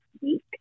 week